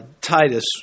Titus